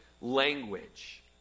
language